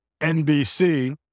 NBC